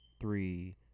three